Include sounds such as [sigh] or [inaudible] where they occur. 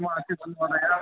[unintelligible]